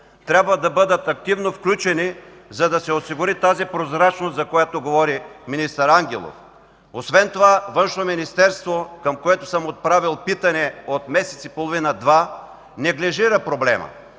трябва да бъдат активно включени, за да се осигури прозрачността, за която говори министър Ангелов. Освен това Външното министерство, към което съм отправил питане от месец и половина – два, неглижира проблема.